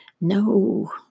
no